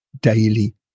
daily